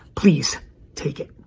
please take it.